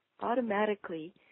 automatically